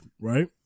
right